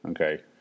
Okay